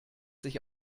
sich